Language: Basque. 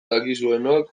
dakizuenok